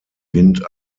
wind